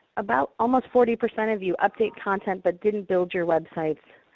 about almost forty percent of you update content but didn't build your websites.